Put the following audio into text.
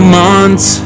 months